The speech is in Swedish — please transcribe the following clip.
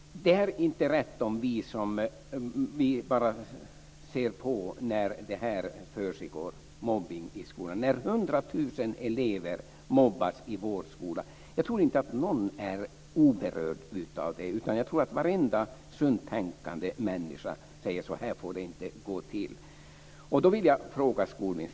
Det är inte rätt om vi bara ser på när hundratusen elever mobbas i skolan. Jag tror inte att någon är oberörd av det, utan jag tror att varenda sunt tänkande människa säger att så här får det inte gå till.